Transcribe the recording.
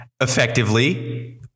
effectively